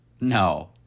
No